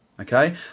Okay